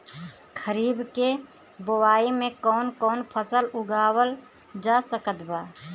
खरीब के बोआई मे कौन कौन फसल उगावाल जा सकत बा?